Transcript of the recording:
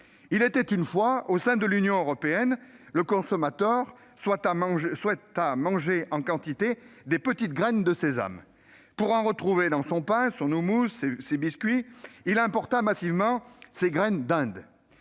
Il était une fois, au sein de l'Union européenne, un consommateur qui souhaita manger, en quantité, de petites graines de sésame. Pour en retrouver dans son pain, son houmous, ses biscuits, il importa massivement ces graines d'Inde.